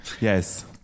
Yes